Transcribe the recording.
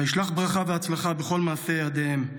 וישלח ברכה והצלחה בכל מעשי ידיהם,